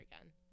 again